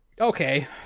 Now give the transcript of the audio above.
Okay